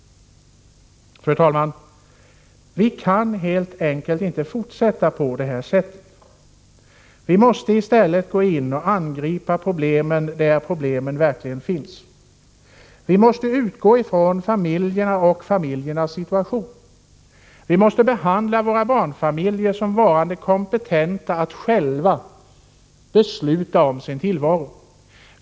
Fru talman! Vi kan helt enkelt inte fortsätta på det här sättet. Vi måste i stället gå in och angripa problemen där de verkligen finns. Vi måste utgå ifrån familjerna och familjernas situation. Vi måste behandla våra barnfamiljer såsom varande kompetenta att själva besluta om sin tillvaro.